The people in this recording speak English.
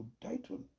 title